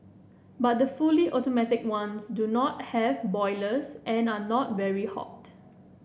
but the fully automatic ones do not have boilers and are not very hot